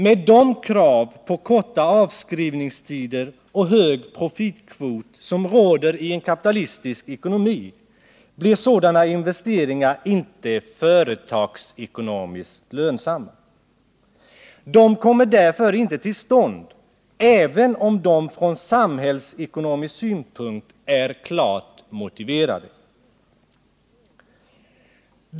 Med de krav på korta avskrivningstider och hög profitkvot som råder i en kapitalistisk ekonomi blir sådana investeringar inte företagsekonomiskt lönsamma. De kommer därför inte till stånd, trots att de från samhällsekonmisk synpunkt är klart motiverade.